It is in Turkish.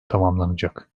tamamlanacak